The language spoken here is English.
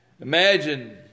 Imagine